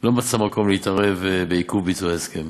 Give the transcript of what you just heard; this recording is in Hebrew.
לא מצא מקום להתערב באמצעות עיכוב ביצוע ההסכם.